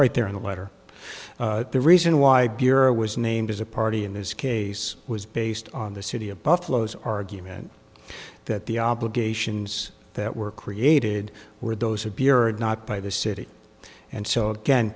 right there in the letter the reason why bureau was named as a party in this case was based on the city of buffalo's argument that the obligations that were created where those would be urged not by the city and so